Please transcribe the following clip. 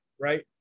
right